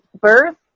birth